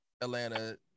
Atlanta